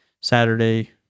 Saturday